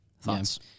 Thoughts